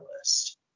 list